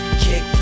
kick